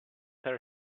her